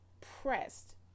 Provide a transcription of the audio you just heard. pressed